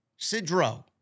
Sidro